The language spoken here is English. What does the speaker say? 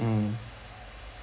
mm